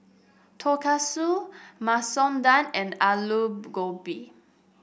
Tonkatsu Masoor Dal and Alu Gobi